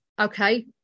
okay